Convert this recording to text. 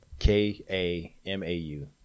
K-A-M-A-U